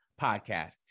Podcast